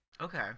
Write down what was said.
Okay